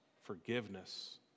forgiveness